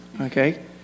okay